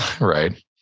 Right